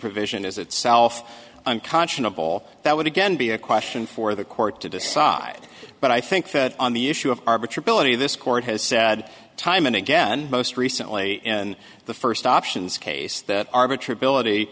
provision is itself unconscionable that would again be a question for the court to decide but i think that on the issue of arbiter bilinear this court has said time and again most recently in the first options case that arbitron ability